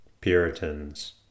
Puritans